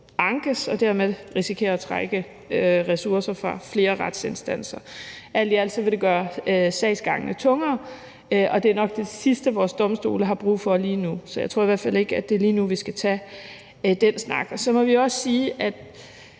ankes og dermed risikere at trække ressourcer fra flere retsinstanser. Alt i alt vil det gøre sagsgangene tungere, og det er nok det sidste, vores domstole har brug for lige nu. Så jeg tror ikke, det er lige nu, at vi skal tage den snak. Så må vi også sige, at